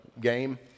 game